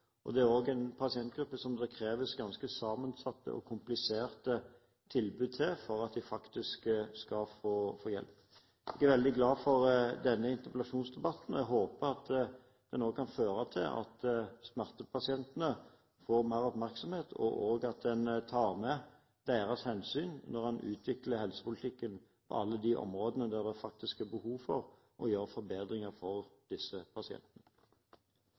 for. Det er også en pasientgruppe som det kreves ganske sammensatte og kompliserte tilbud til for at de faktisk skal få hjelp. Jeg er veldig glad for denne interpellasjonsdebatten. Jeg håper at den også kan føre til at smertepasientene får mer oppmerksomhet, og at en tar med deres hensyn når en utvikler helsepolitikken på alle de områdene der det faktisk er behov for å gjøre forbedringer for disse pasientene.